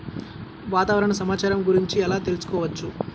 వాతావరణ సమాచారము గురించి ఎలా తెలుకుసుకోవచ్చు?